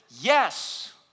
yes